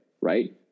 right